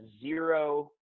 zero